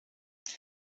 bya